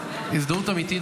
הזדהות אמיתית,